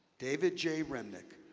david jay remnick,